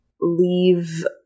leave